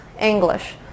English